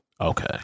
Okay